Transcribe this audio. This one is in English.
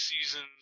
Seasons